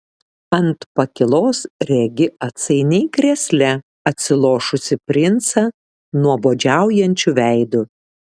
ant pakylos regi atsainiai krėsle atsilošusį princą nuobodžiaujančiu veidu